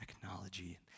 technology